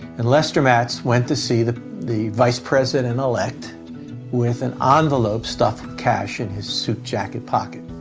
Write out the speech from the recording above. and lester matz went to see the the vice president-elect with an ah envelope stuffed with cash in his suit jacket pocket.